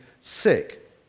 sick